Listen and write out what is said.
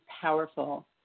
powerful